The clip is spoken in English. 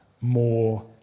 more